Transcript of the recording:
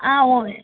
ஆ ஓ